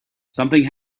something